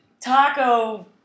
taco